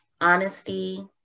honesty